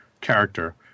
character